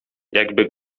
jakby